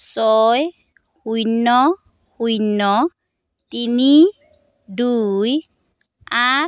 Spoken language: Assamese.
ছয় শূন্য শূন্য তিনি দুই আঠ